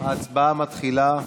ההצבעה מתחילה.